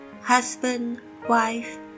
husband-wife